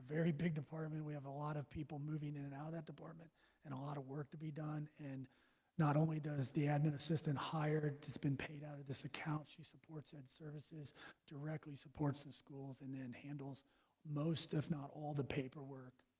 very big department we have a lot of people moving in and out of that department and a lot of work to be done and not only does the admin assistant hired. it's been paid out of this account. she supports ed services directly supports the schools and then handles most if not all the paperwork